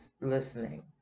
listening